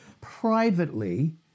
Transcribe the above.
privately